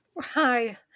Hi